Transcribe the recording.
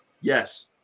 Yes